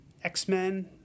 X-Men